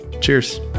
Cheers